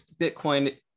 Bitcoin